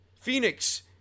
Phoenix